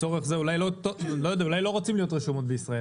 אולי לא רוצות להיות רשומות בישראל.